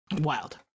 wild